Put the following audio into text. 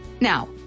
now